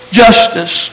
justice